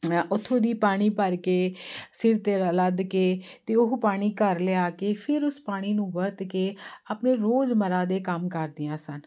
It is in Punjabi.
ਉੱਥੋਂ ਦੀ ਪਾਣੀ ਭਰ ਕੇ ਸਿਰ 'ਤੇ ਲੱਦ ਕੇ ਅਤੇ ਉਹ ਪਾਣੀ ਘਰ ਲਿਆ ਕੇ ਫਿਰ ਉਸ ਪਾਣੀ ਨੂੰ ਵਰਤ ਕੇ ਆਪਣੇ ਰੋਜ਼ਮੱਰਾ ਦੇ ਕੰਮ ਕਰਦੀਆਂ ਸਨ